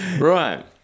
Right